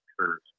occurs